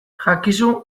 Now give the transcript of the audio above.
jakizu